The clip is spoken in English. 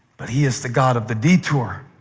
but he is the god of the detour.